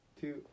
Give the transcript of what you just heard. two